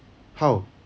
how